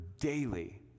daily